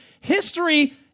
history